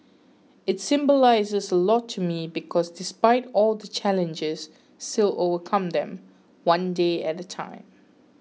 it symbolises a lot to me because despite all the challenges still overcome them one day at a time